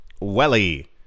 Welly